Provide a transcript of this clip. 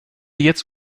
jetzt